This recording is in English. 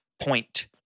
point